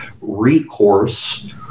recourse